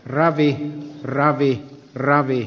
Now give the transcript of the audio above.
ravi ravi ravit